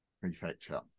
Prefecture